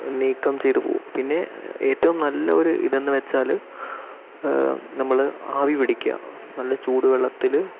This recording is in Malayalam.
നീക്കം ചെയ്ത് പോകും പിന്നെ ഏറ്റവും നല്ലൊരു ഇത് എന്ന് വെച്ചാൽ നമ്മൾ ആവി പിടിക്കുക നല്ല ചൂട് വെള്ളത്തിൽ